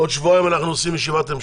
עוד שבועיים אנחנו עושים ישיבת המשך.